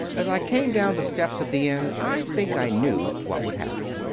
as i came down the steps at the end, i think i knew what would happen.